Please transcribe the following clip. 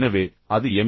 எனவே அது எம்